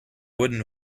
wooden